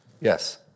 Yes